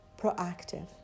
proactive